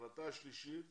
החלטה שלישית